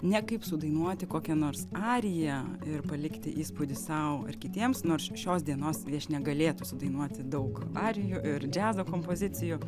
ne kaip sudainuoti kokią nors ariją ir palikti įspūdį sau ar kitiems nors šios dienos viešnia galėtų sudainuoti daug arijų ir džiazo kompozicijų